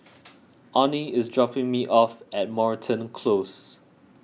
Onnie is dropping me off at Moreton Close